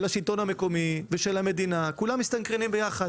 השלטון המקומי ושל המדינה מסתנכרנים ביחד.